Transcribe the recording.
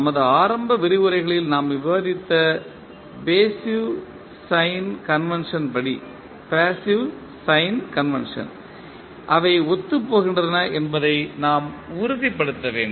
நமது ஆரம்ப விரிவுரைகளில் நாம் விவாதித்த பேசிவ் சைன் கன்வென்சன் படி அவை ஒத்துப்போகின்றன என்பதை நாம் உறுதிப்படுத்த வேண்டும்